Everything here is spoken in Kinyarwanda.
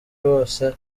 bose